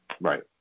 Right